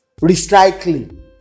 Recycling